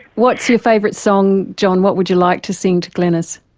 what's your favourite song, john? what would you like to sing to glenys?